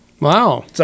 Wow